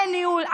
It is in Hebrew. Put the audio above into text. אין ניהול,